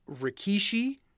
Rikishi